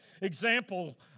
Example